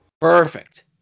Perfect